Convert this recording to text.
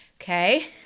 okay